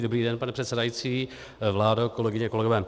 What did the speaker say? Dobrý den, pane předsedající, vládo, kolegyně, kolegové.